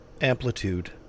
amplitude